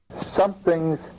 Something's